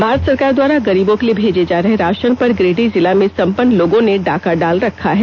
भारत सरकार द्वारा गरीबो के लिए भेजे जा रहे राशन पर गिरिडीह जिला में सम्पन्न लोगों ने डाका डाल रखा है